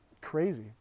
crazy